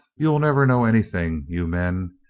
you'll never know anything, you men.